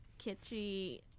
kitschy